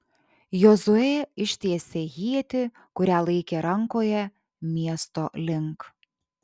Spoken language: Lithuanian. jozuė ištiesė ietį kurią laikė rankoje miesto link